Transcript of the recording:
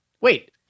Wait